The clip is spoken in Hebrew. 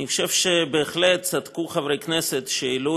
אני חושב שבהחלט צדקו חברי הכנסת שהעלו